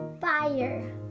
fire